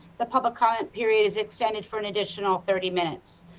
the public comment period is extended for an additional thirty minutes.